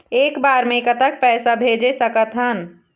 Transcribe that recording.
एक बार मे कतक पैसा भेज सकत हन?